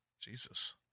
Jesus